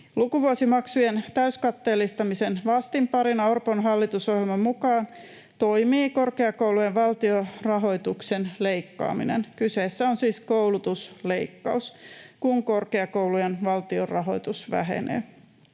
Lukuvuosimaksujen täyskatteellistamisen vastinparina Orpon hallitusohjelman mukaan toimii korkeakoulujen valtionrahoituksen leikkaaminen. Kyseessä on siis koulutusleikkaus, kun korkeakoulujen valtionrahoitus vähenee.